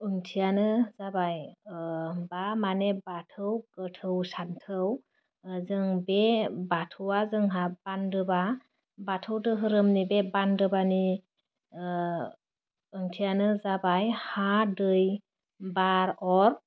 ओंथियानो जाबाय ओह बा मानि बाथौ गोथौ सानथौ ओह जों बे बाथौवा जोंहा बान्दोबा बाथौ दोरोमनि बे बान्दोबानि ओह ओंथियानो जाबाय हा दै बार अर